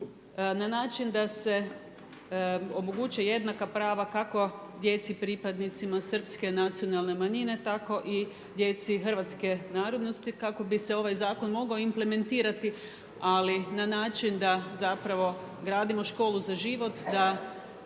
na način da se omoguće jednaka prava kako djeci pripadnicima srpske nacionalne manjine tako i djeci hrvatske narodnosti kako bi se ovaj zakon mogao implementirati ali na način da zapravo gradimo školu za život, da